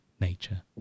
nature